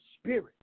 spirit